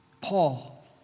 Paul